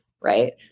right